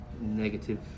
negative